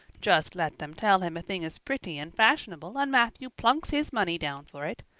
just let them tell him a thing is pretty and fashionable, and matthew plunks his money down for it.